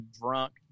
drunk